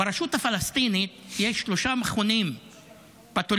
ברשות הפלסטינית יש שלושה מכונים פתולוגיים,